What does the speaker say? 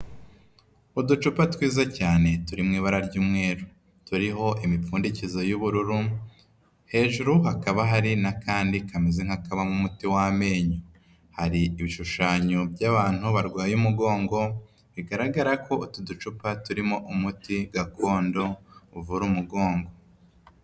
Uducupa twiza cyane turimo ibara ry'umweruru turiho imipfundikizo y'ubururu hejuru hakaba hari n'akandi kameze nk'akabamo umuti w'amenyo, hari ibishushanyo by'abantu barwaye umugongo bigaragara ko utu ducupa turimo umuti gakondo uvura umugongo.